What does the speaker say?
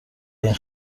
این